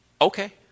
Okay